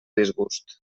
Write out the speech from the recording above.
disgust